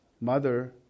mother